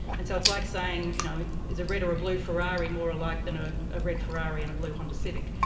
and so it's like saying you know is a red or a blue ferrari more alike than a a red ferrari and a blue honda civic.